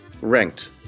ranked